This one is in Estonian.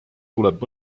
tuleb